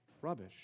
Rubbish